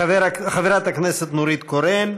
חברת הכנסת נורית קורן.